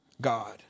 God